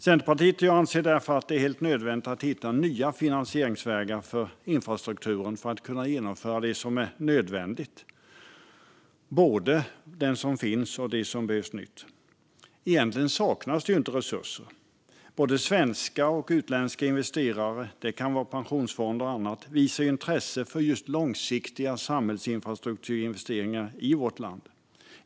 Centerpartiet och jag anser därför att det är helt nödvändigt att hitta nya finansieringsvägar för infrastrukturen för att kunna genomföra det som är nödvändigt när det gäller både den infrastruktur som finns och den nya som behövs. Egentligen saknas det inte resurser. Både svenska och utländska investerare - det kan vara pensionsfonder och annat - visar intresse för just långsiktiga investeringar i samhällsinfrastruktur i vårt land.